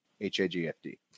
h-a-g-f-d